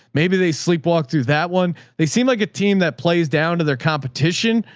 maybe they sleep walk through that one. they seem like a team that plays down to their competition,